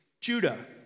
Judah